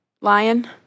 lion